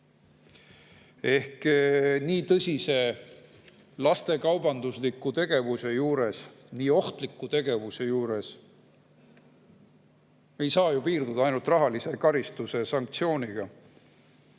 Nii tõsise lastekaubandusliku tegevuse juures, nii ohtliku tegevuse juures ei saa ju piirduda ainult rahalise karistuse või sanktsiooniga.